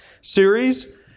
series